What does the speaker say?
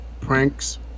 pranks